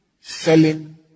selling